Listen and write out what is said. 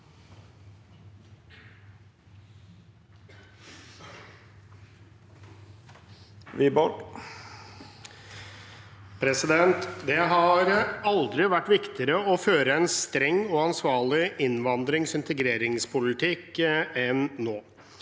Det har aldri vært viktigere å føre en streng og ansvarlig innvandrings- og integreringspolitikk enn nå.